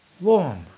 Warm